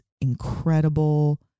incredible